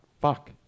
fuck